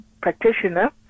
practitioner